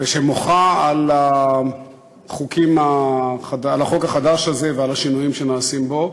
ומוחה על החוק החדש הזה ועל השינויים שנעשים בו.